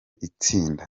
itsinda